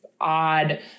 odd